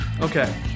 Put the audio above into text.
Okay